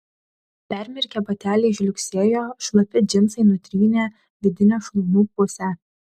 permirkę bateliai žliugsėjo šlapi džinsai nutrynė vidinę šlaunų pusę